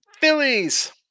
Phillies